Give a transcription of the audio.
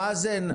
מאזן,